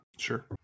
Sure